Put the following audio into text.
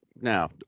Now